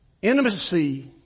Intimacy